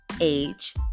age